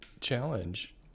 challenge